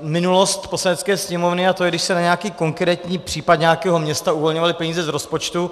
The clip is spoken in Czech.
minulost Poslanecké sněmovny, a to když se na nějaký konkrétní případ nějakého města uvolňovaly peníze z rozpočtu.